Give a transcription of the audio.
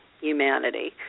humanity